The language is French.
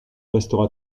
restera